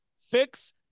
fix